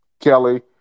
Kelly